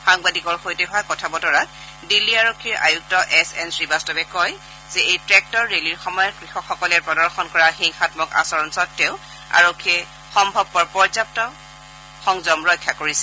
সাংবাদিকৰ সৈতে হোৱা কথা বতৰাত দিল্লী আৰক্ষী আয়ুক্ত এছ এন শ্ৰীবাস্তৱে কয় যে এই ট্টক্টৰ ৰেলীৰ সময়ত কৃষকসকলে প্ৰদৰ্শন কৰা হিংসাম্মক আচৰণ স্বতেও আৰক্ষীয়ে সম্ভৱপৰ পৰ্যাপ্ত সংযম ৰক্ষা কৰিছিল